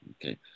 Okay